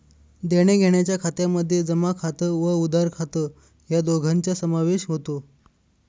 देण्याघेण्याच्या खात्यामध्ये जमा खात व उधार खात या दोघांचा समावेश होतो